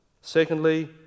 Secondly